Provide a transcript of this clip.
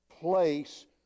place